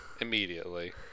Immediately